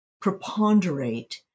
preponderate